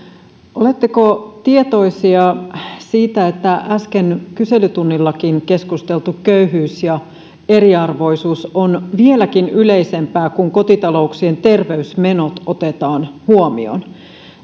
oletteko tietoisia siitä että äsken kyselytunnillakin keskusteltu köyhyys ja eriarvoisuus on vieläkin yleisempää kun kotitalouksien terveysmenot otetaan huomioon